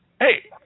Hey